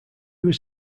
was